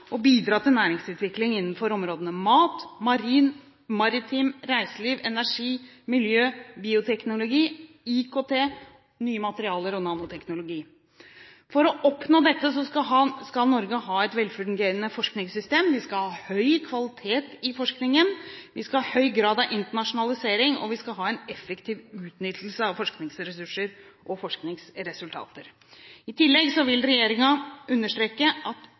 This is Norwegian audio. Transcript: og bidra til næringsutvikling innenfor områdene mat, marin, maritim, reiseliv, energi, miljø, bioteknologi, IKT, nye materialer og nanoteknologi. For å oppnå dette skal Norge ha et velfungerende forskningssystem. Vi skal ha høy kvalitet i forskningen, vi skal ha en høy grad av internasjonalisering, og vi skal ha en effektiv utnyttelse av forskningsressurser og forskningsresultater. I tillegg vil regjeringen understreke at